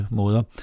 måder